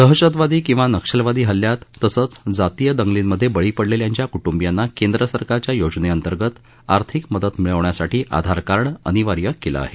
दहशतवादी किंवा नक्षलवादी हल्ल्यात तसंच जातीय दंगलींमधे बळी पडलेल्यांच्या कृटुंबियांना केंद्र सरकारच्या योजनेअंतर्गत आर्थिक मदत मिळवण्यासाठी आधार कार्ड अनिवार्य केलं आहे